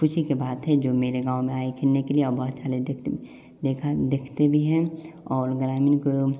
खुशी के बात है जो मेरे गाँव में आए खेलने के लिए और बहुत सारे देखा देखते भी हैं और ग्रामीण को